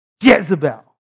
Jezebel